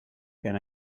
can